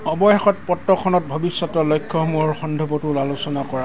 অৱশেষত পত্ৰখনত ভৱিষ্যতৰ লক্ষ্যসমূহৰ সন্দৰ্ভতো আলোচনা কৰা উচিত